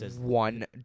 one